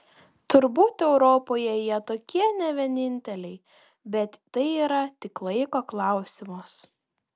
turbūt europoje jie tokie ne vieninteliai bet tai yra tik laiko klausimas